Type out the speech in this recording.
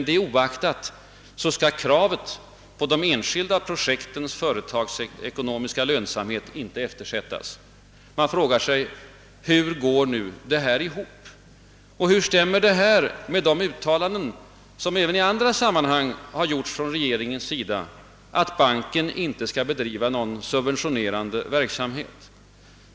Det oaktat skall kravet på de enskilda projektens företagsekonomiska lönsamhet inte eftersättas. Man frågar sig hur detta går ihop och hur det stämmer med de uttalanden som även i andra sammanhang har gjorts från regeringens sida, att banken inte skall bedriva subventionerande verksamhet.